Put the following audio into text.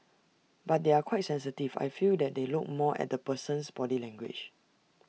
but they are quite sensitive I feel that they look more at the person's body language